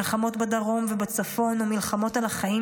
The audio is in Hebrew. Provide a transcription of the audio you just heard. מלחמות בדרום ובצפון או מלחמות על החיים